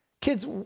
Kids